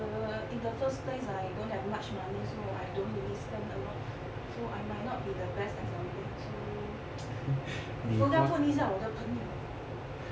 err in the first place I don't have much money so I don't really spend a lot so I might not be the best example so 我应该问一下我的朋友